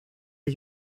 der